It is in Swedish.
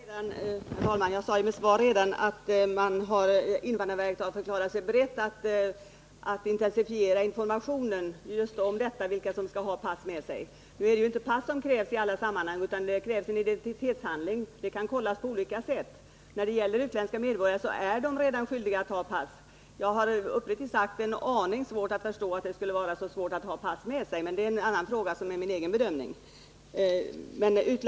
Herr talman! Jag sade redan i mitt svar att invandrarverket har förklarat sig berett att intensifiera informationen om vilka som skall ha pass med sig. Nu krävs ju inte pass i alla sammanhang, utan det krävs en identitetshandling. Kontrollen kan ske på olika sätt. Utländska medborgare är redan skyldiga att ha pass. Jag har uppriktigt sagt en aning svårt att förstå att det skulle vara så besvärligt att ha pass med sig, men det är en annan fråga — detta är min egen bedömning.